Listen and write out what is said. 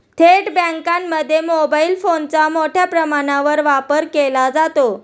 थेट बँकांमध्ये मोबाईल फोनचा मोठ्या प्रमाणावर वापर केला जातो